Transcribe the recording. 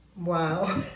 Wow